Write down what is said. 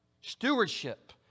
Stewardship